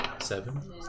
Seven